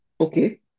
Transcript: okay